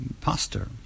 pastor